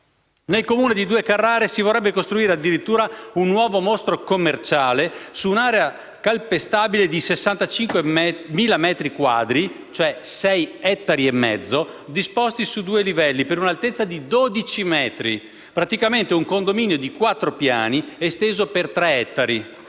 nel Comune di Due Carrare si vorrebbe costruire addirittura un nuovo mostro commerciale, con un'area calpestabile di 65.000 metri quadri (6,5 ettari), disposti su due livelli, per un'altezza di 12 metri (praticamente un condominio di quattro piani), esteso per oltre 3 ettari,